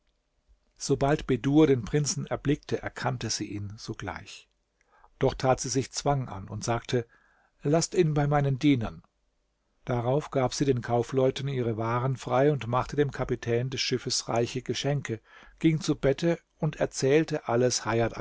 sobald bedur den prinzen erblickte erkannte sie ihn sogleich doch tat sie sich zwang an und sagte laßt ihn bei meinen dienern darauf gab sie den kaufleuten ihre waren frei und machte dem kapitän des schiffs reiche geschenke ging zu bette und erzählte alles